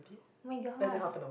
oh-my-god